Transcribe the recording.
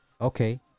okay